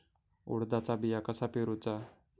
उडदाचा बिया कसा पेरूचा?